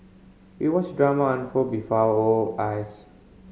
we watched drama unfold before our eyes